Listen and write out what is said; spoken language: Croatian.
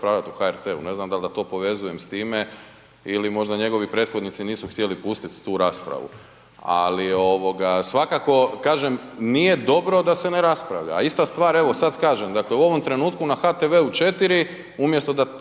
Ne znam da li da to povezujem s time, ili možda njegovi prethodnici nisu htjeli pustiti tu raspravu. Ali svakako kažem nije dobro da se ne raspravlja. A ista stvar evo sada kažem dakle u ovom trenutku na HTV-u 4 umjesto da